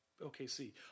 OKC